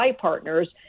partners